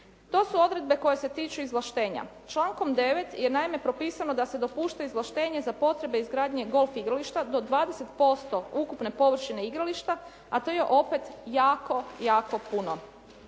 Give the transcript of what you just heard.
To su odredbe koje se tiču izvlaštenja. Člankom 9. je naime propisano da se dopušta izvlaštenje za potrebe izgradnje golf igrališta do 20% ukupne površine igrališta a to je opet jako, jako puno.